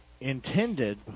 intended